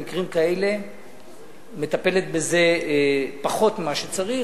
במקרים כאלה מטפלת בזה פחות ממה שצריך.